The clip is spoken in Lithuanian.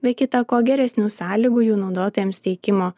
be kita ko geresnių sąlygų jų naudotojams teikimo